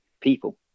people